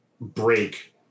break